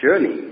journey